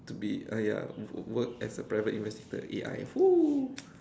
to be uh ya work as a private investigator A_I !woo!